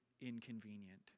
inconvenient